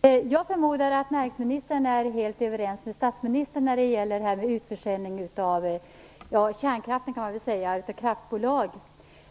Fru talman! Jag förmodar att näringsministern är helt överens med statsministern när det gäller utförsäljning av kärnkraften, dvs. av kraftbolag.